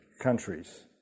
countries